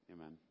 Amen